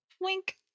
Wink